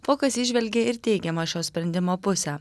fokas įžvelgė ir teigiamą šio sprendimo pusę